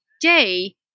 day